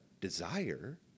desire